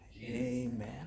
amen